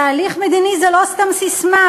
תהליך מדיני זה לא סתם ססמה,